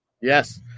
Yes